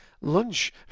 lunch